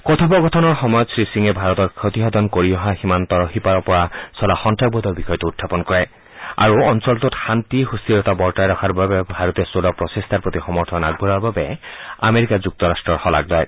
কথোপকথনৰ সময়ত শ্ৰীসিঙে ভাৰতৰ ক্ষতিসাধন কৰি অহা সীমান্তৰ সিপাৰৰ পৰা চলা সন্ত্ৰাসবাদৰ বিষয়টো উখাপন কৰে আৰু অঞ্চলটোত শান্তি সুস্থিৰতা বৰ্তাই ৰখাৰ বাবে ভাৰতে চলোৱা প্ৰচেষ্টাৰ প্ৰতি সমৰ্থন আগবঢ়োৱাৰ বাবে আমেৰিকা যুক্তৰাট্টৰ শলাগ লয়